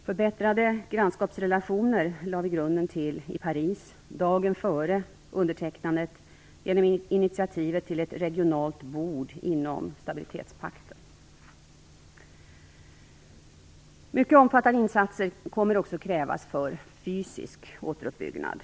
Förbättrade grannskapsrelationer lades grunden till i Paris dagen före undertecknandet genom ett initiativ till ett regionalt bord inom stabilitetspakten. Mycket omfattande insatser kommer också att krävas för fysisk återuppbyggnad.